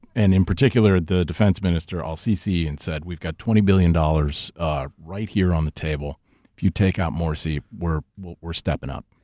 and in particular the defense minister el sisi, and said, we've got twenty billion dollars right here on the table if you take out morsi, we're we're stepping up.